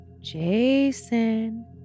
Jason